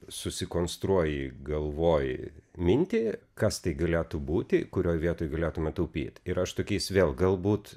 susikonstruoji galvoj mintį kas tai galėtų būti kurioj vietoj galėtume taupyt ir aš tokiais vėl galbūt